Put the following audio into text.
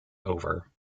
over